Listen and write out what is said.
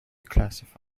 classify